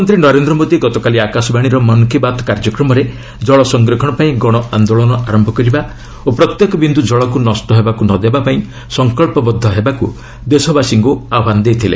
ପ୍ରଧାନମନ୍ତ୍ରୀ ନରେନ୍ଦ୍ର ମୋଦି ଗତକାଲି ଆକାଶବାଣୀର ମନ୍ କୀ ବାତ୍ କାର୍ଯ୍ୟକ୍ରମରେ ଜଳ ସଂରକ୍ଷଣ ପାଇଁ ଗଣ ଆନ୍ଦୋଳନ ଆରମ୍ଭ କରିବା ଓ ପ୍ରତ୍ୟେକ ବିନ୍ଦୁ ଜଳକୁ ନଷ୍ଟ ହେବାକୁ ନ ଦେବାପାଇଁ ସଙ୍କଚ୍ଚବଦ୍ଧ ହେବାକୁ ଦେଶବାସୀଙ୍କୁ ଆହ୍ୱାନ ଦେଇଥିଲେ